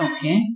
Okay